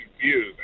confused